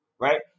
right